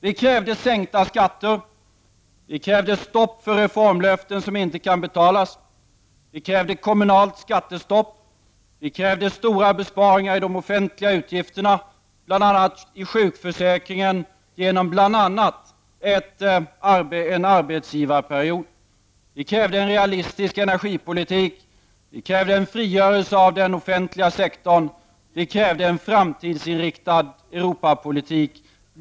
Vi krävde sänkta skatter, vi krävde stopp för reformlöften som inte kan betalas, vi krävde kommunalt skattestopp och stora besparingar i de offentliga utgifterna, t.ex. i sjukförsäkringen, genom bl.a. en arbetsgivarperiod, vi krävde en realistisk energipolitik och en frigörelse av den offentliga sektorn, och vi krävde en framtidsinriktad Europapolitik.